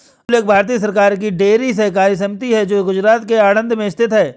अमूल एक भारतीय सरकार की डेयरी सहकारी समिति है जो गुजरात के आणंद में स्थित है